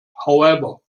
however